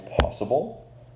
possible